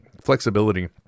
flexibility